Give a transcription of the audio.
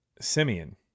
Simeon